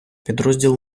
підрозділ